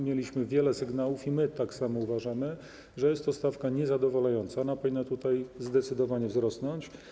Mieliśmy wiele sygnałów - i my tak samo uważamy - że jest to stawka niezadowalająca i powinna zdecydowanie wzrosnąć.